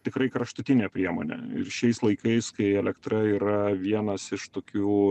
tikrai kraštutinė priemonė ir šiais laikais kai elektra yra vienas iš tokių